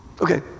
Okay